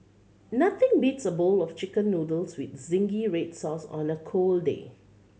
nothing beats a bowl of Chicken Noodles with zingy red sauce on a cold day